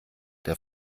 der